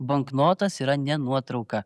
banknotas yra ne nuotrauka